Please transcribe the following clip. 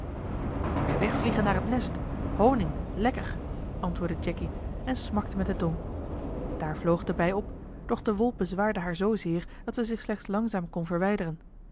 bij wegvliegen naar het nest honig lekker antwoordde jacky en smakte met de tong daar vloog de bij op doch de wol bezwaarde haar zoozeer dat ze zich slechts langzaam kon verwijderen